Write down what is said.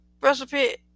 recipe